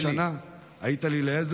ובאמת במשך כל השנה היית לי לעזר,